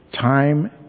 Time